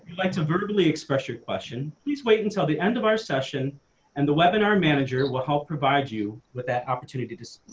like to verbally express your question please wait until the end of our session and the webinar manager will help provide you with that opportunity to